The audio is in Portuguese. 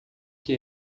que